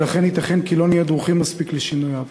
ולכן ייתכן כי לא נהיה דרוכים מספיק לשינוייו.